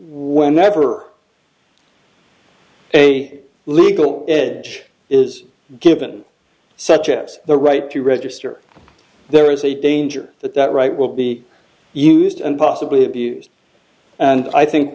whenever a legal edge is given such as the right to register there is a danger that that right will be used and possibly abused and i think